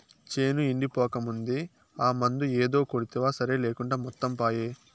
చేను ఎండిపోకముందే ఆ మందు ఏదో కొడ్తివా సరి లేకుంటే మొత్తం పాయే